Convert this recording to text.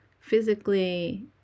physically